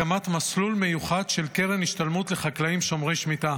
הקמת מסלול מיוחד של קרן השתלמות לחקלאים שומרי שמיטה.